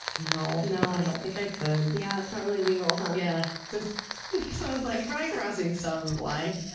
no. no, i don't think i could. yeah, that's not really legal, huh? yeah. that's so like probably crossing some line.